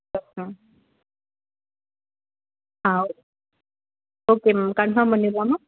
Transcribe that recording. S ma'am ah okay ma'am confirm பண்ணிடலாமா